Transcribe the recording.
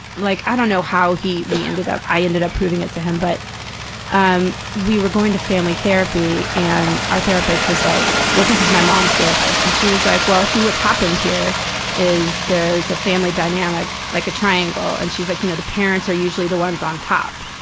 like, i don't know how he we ended up i ended up proving it to him, but um we were going to family therapy, and our therapist was like this is my mom's therapist, and she was like, well, see, what's happened here is there's a family dynamic, like, a triangle. and she's like, you know the parents are usually the ones on top.